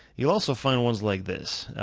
you'll also find ones like this.